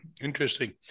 Interesting